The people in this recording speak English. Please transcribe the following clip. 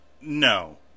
No